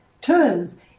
turns